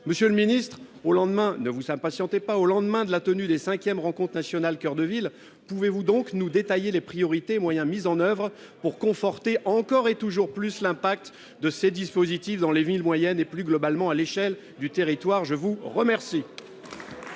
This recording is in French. Monsieur le ministre, au lendemain de la tenue des 5 Rencontres nationales Coeur de ville, pouvez-vous nous détailler les priorités et moyens mis en oeuvre pour conforter, encore et toujours plus, l'impact de ces dispositifs dans les villes moyennes et, plus globalement, à l'échelle du territoire ? La parole